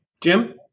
Jim